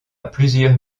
plusieurs